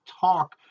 talk